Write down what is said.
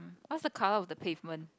what's the color of the pavement